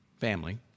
Family